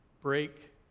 break